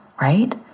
right